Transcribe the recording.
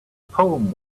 poem